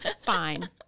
Fine